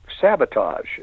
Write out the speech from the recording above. sabotage